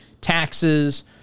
taxes